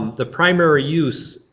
the primary use,